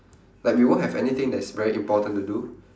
like we won't have anything that is very important to do